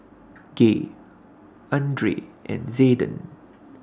Gay Andrae and Zayden